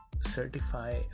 certify